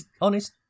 honest